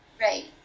right